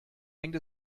hängt